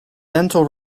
dental